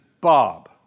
Bob